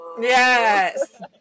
Yes